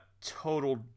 total